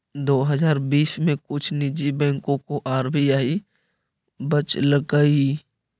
दो हजार बीस में कुछ निजी बैंकों को आर.बी.आई बचलकइ